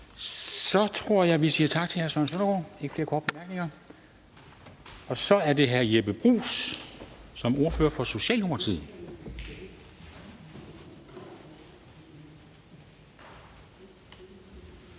Så tror jeg, vi siger tak til hr. Søren Søndergaard, da der ikke er flere korte bemærkninger. Så er det hr. Jeppe Bruus som ordfører for Socialdemokratiet.